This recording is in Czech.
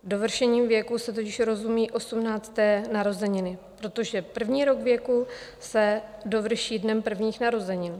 Dovršením věku se totiž rozumí 18. narozeniny, protože první rok věku se dovrší dnem prvních narozenin.